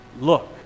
look